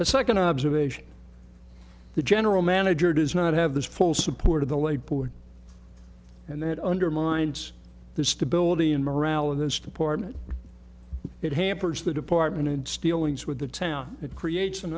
but second observation the general manager does not have the full support of the late board and that undermines the stability in morale in this department it hampers the department and stealings with the town it creates an